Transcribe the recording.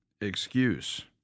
excuse